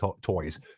toys